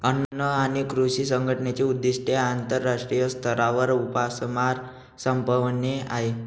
अन्न आणि कृषी संघटनेचे उद्दिष्ट आंतरराष्ट्रीय स्तरावर उपासमार संपवणे आहे